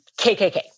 KKK